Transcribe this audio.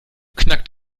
knackt